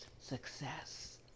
success